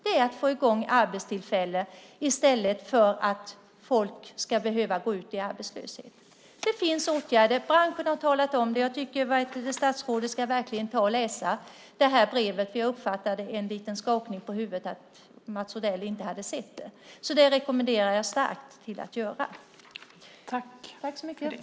Det är att skapa arbetstillfällen i stället för att folk ska behöva gå ut i arbetslöshet. Det finns åtgärder. Branschen har talat om det. Jag tycker att statsrådet verkligen ska läsa det här brevet. Jag uppfattade en liten skakning på huvudet så jag antar att Mats Odell inte har sett det. Jag rekommenderar starkt att statsrådet gör det.